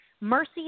Mercy